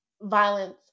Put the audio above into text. violence